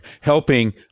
helping